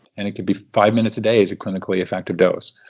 and it could be five minutes a day is a clinically effective dose.